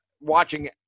watching